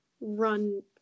run